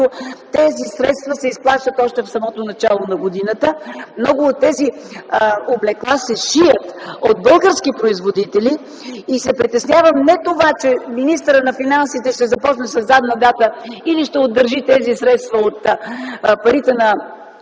тези средства се изплащат още в самото начало на годината. Много от тези облекла се шият от български производители и се притеснявам не това, че министърът на финансите ще започне със задна дата или ще удържи тези средства от парите на